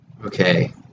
Okay